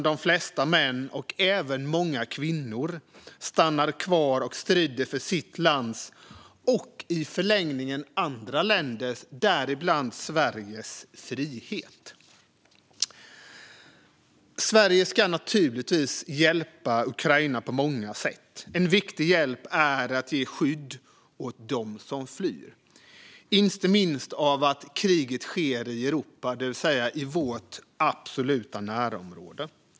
De flesta männen, och även många kvinnor, stannar kvar och strider för sitt lands och i förlängningen andra länders, däribland Sveriges, frihet. Sverige ska naturligtvis hjälpa Ukraina på många sätt. En viktig hjälp är att ge skydd åt dem som flyr, inte minst med tanke på att kriget sker i Europa, det vill säga i vårt absoluta närområde.